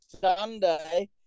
Sunday